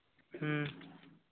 ᱦᱮᱸ